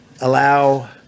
allow